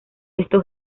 esto